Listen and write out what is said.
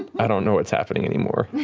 i don't know what's happening anymore.